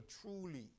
truly